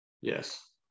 Yes